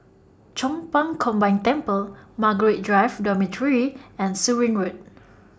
Chong Pang Combined Temple Margaret Drive Dormitory and Surin Road